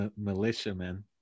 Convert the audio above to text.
militiamen